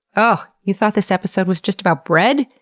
and you thought this episode was just about bread?